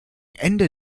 ende